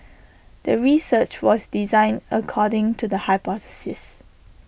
the research was designed according to the hypothesis